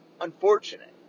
unfortunate